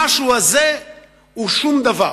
המשהו הזה הוא שום דבר,